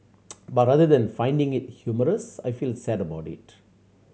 but rather than finding it humorous I feel sad about it